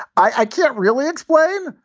i can't really explain.